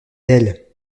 ailes